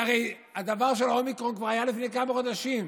כי הרי האומיקרון כבר היה לפני כמה חודשים,